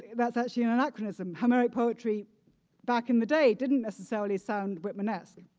that's actually an anachronism. homeric poetry back in the day didn't necessarily sound whitmanesque.